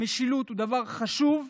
המשילות הוא דבר חשוב.